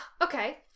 Okay